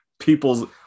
People's